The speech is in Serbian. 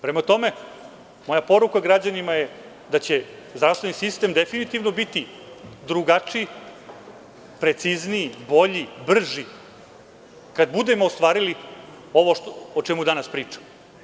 Prema tome, moja poruka građanima je da će zdravstveni sistem definitivno biti drugačiji, precizniji, bolji i brži kada budemo ostvarili ovo o čemu danas pričam.